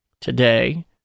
today